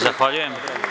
Zahvaljujem.